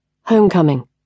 Homecoming